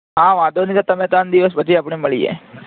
હા વાંધો નહિ તો બે ત્રણ દિવસ પછી આપણે મળીએ